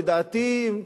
לדעתי,